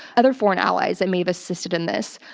other foreign allies that may have assisted in this.